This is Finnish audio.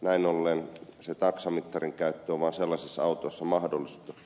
näin ollen se taksamittarin käyttö on vaan sellaisissa autoissa mahdollista